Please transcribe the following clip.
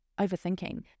overthinking